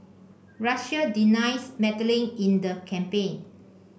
Russia denies meddling in the campaign